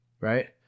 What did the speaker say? right